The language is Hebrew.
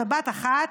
בשבת אחת,